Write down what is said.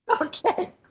Okay